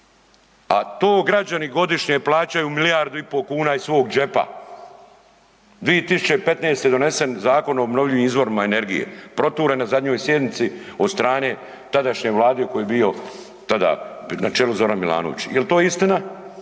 A to građani godišnje plaćaju milijardu i pol kuna iz svog džepa. 2015. donesen Zakon o obnovljivim izvorima energije, proturen na zadnjoj sjednici od strane tadašnje Vlade u kojoj je bio tada na čelu Zoran Milanović. Je li to istina?